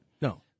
No